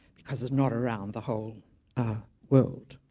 because it's not around the whole ah world